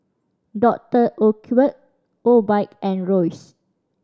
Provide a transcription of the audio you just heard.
Doctor Oetker Obike and Royce